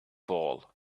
ball